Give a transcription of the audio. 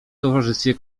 towarzystwie